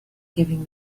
giving